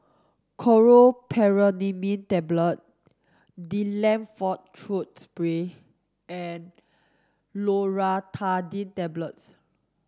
Chlorpheniramine Tablet Difflam Forte Throat Spray and Loratadine Tablets